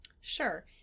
Sure